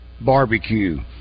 Barbecue